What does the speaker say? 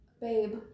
babe